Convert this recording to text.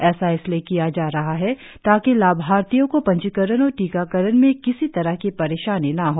ऐसा इसलिए किया जा रहा है ताकि लाभार्थियों को पंजीकरण और टीकाकरण में किसी तरह की परेशानी न हो